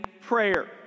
prayer